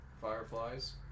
Fireflies